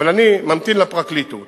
אבל אני ממתין לפרקליטות